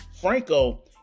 Franco